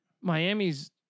Miami's